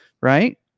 right